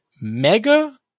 Mega